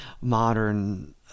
modern